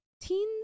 teens